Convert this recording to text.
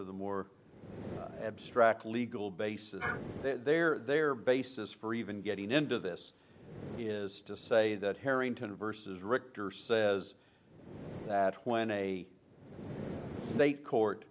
of the more abstract legal basis there are there bases for even getting into this is to say that harrington versus richter says that when a state court